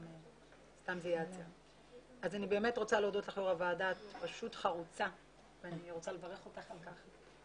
אני באמת רוצה להודות לחברי הוועדה ואני רוצה לברך אותך יושבת הראש.